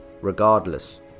Regardless